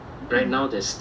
mm